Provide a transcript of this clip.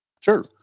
Sure